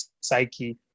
psyche